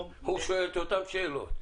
הוא שואל את אותן שאלות.